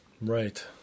right